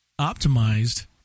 optimized